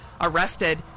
arrested